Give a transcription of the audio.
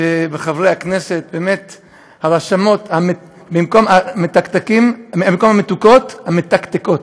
חברי הכנסת, הרשמות, במקום המתוקות, המתקתֵקות,